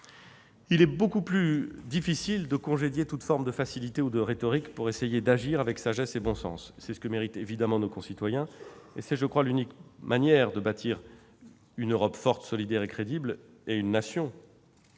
Il est beaucoup plus difficile de congédier toute forme de facilités ou de rhétoriques pour essayer d'agir avec sagesse et bon sens. C'est ce que méritent évidemment nos concitoyens. Et c'est, je le crois, l'unique manière de bâtir une nation et une Europe fortes, solidaires et crédibles, qui resteront